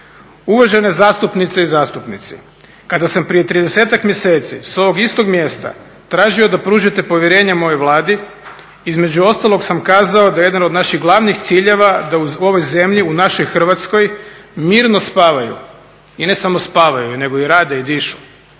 Uvažene zastupnice i zastupnici, kada sam prije 30-ak mjeseci s ovog istog mjesta tražio da pružite povjerenje moje Vladi, između ostalog sam kazao da je jedan od naših glavnih ciljeva da u ovoj zemlji, u našoj Hrvatskoj mirno spavaju i ne samo spavaju nego i rade i dišu,